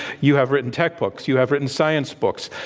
you have written tech books. you have written science books.